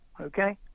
Okay